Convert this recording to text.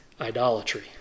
idolatry